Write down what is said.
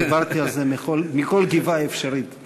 דיברתי על זה מכל גבעה אפשרית.